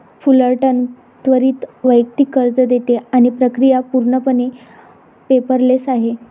Fullerton त्वरित वैयक्तिक कर्ज देते आणि प्रक्रिया पूर्णपणे पेपरलेस आहे